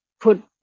put